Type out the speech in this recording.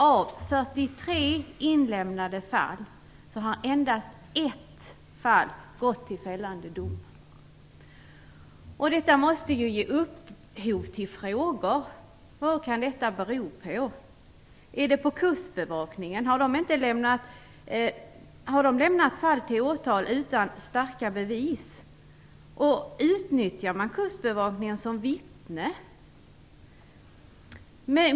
Av 43 inlämnade fall har endast ett fall lett till fällande dom. Detta måste ge upphov till frågor: Vad kan detta bero på? Beror det på att Kustbevakningen lämnat fall till åtal utan starka bevis? Utnyttjar man Kustbevakningen som vittne?